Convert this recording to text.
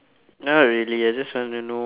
not really I just want to know